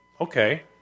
okay